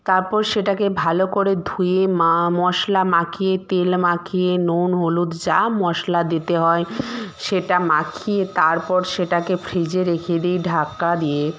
তারপর সেটাকে ভালো করে ধুয়ে মা মশলা মাখিয়ে তেল মাখিয়ে নুন হলুদ যা মশলা দিতে হয় সেটা মাখিয়ে তারপর সেটাকে ফ্রিজে রেখে দিই ঢাকা দিয়ে